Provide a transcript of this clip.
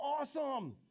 awesome